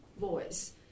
voice